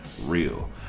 real